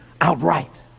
outright